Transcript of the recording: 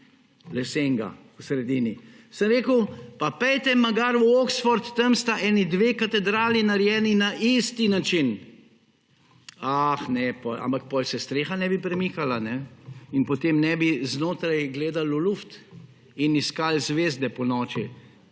turna v sredini. Sem rekel, pa pojdite magari v Oxford, tam sta dve katedrali narejeni na isti način. Ah, ne, ampak potem se streha ne bi premikala. In potem ne bi znotraj gledali v zrak in iskali zvezde ponoči,